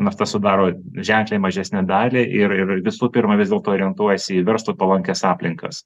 nafta sudaro ženkliai mažesnę dalį ir ir visų pirma vis dėlto orientuojasi į verslui palankias aplinkas